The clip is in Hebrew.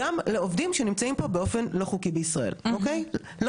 לא משנה אם הגישו בקשה או לא הגישו בקשה,